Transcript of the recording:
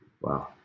Wow